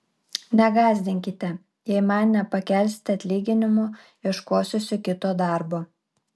negąsdinkite jei man nepakelsite atlyginimo ieškosiuosi kito darbo